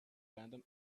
random